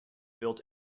built